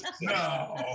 No